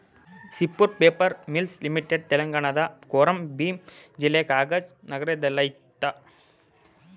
Sirpur paper mills limited ತೆಲಂಗಾಣದ ಕೊಮಾರಂ ಭೀಮ್ ಜಿಲ್ಲೆಯ ಕಗಜ್ ನಗರದಲ್ಲಯ್ತೆ